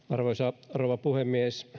arvoisa rouva puhemies